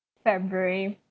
february